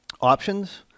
options